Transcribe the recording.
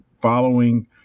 following